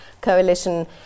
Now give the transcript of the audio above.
coalition